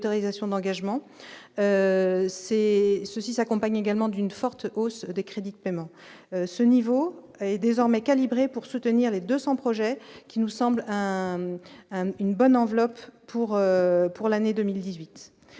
d'engagement, c'est ceci s'accompagne également d'une forte hausse des crédits de paiement, ce niveau est désormais calibré pour soutenir les 200 projets qui nous semble une bonne enveloppe pour pour l'année 2018